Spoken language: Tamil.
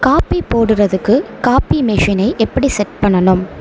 காப்பி போடுகிறதுக்கு காப்பி மெஷினை எப்படி செட் பண்ணணும்